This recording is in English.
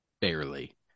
Barely